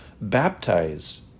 Baptize